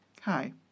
Hi